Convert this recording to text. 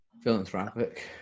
philanthropic